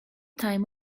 time